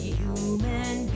human